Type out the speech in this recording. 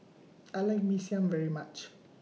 I like Mee Siam very much